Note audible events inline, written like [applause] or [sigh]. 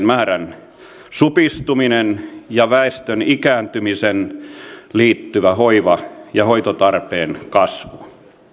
[unintelligible] määrän supistuminen ja väestön ikääntymiseen liittyvä hoiva ja hoitotarpeen kasvu